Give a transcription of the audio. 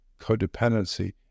codependency